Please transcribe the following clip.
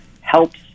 helps